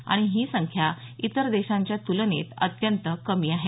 आणि ही संख्या इतर देशांच्या तुलनेत अत्यंत कमी आहे